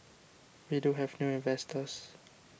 we do have new investors